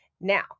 Now